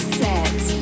set